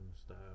style